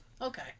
Okay